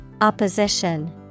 Opposition